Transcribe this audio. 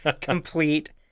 Complete